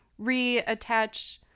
reattach